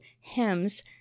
hems